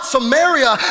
Samaria